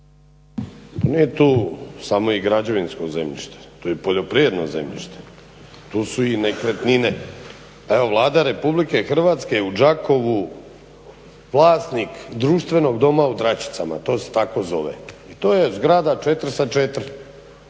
Nije tu samo građevinsko zemljište, tu je i poljoprivredno zemljište, tu su i nekretnine. Evo Vlada Republike Hrvatske u Đakovu vlasnik društvenog doma u Dračicama, to se tako zove i to je zgrada 4 sa 4